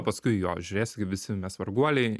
paskui jo žiūrės kaip visi mes varguoliai